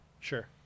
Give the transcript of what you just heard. Sure